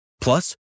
Plus